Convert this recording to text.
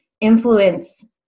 influence